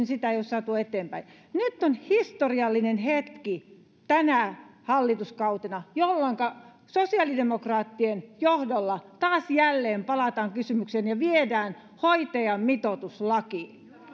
sitä ei ole saatu eteenpäin nyt on historiallinen hetki tänä hallituskautena jolloinka sosiaalidemokraattien johdolla taas jälleen palataan kysymykseen ja viedään hoitajamitoitus lakiin